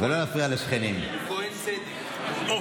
אני אגיש בכתב.